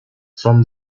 from